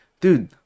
dude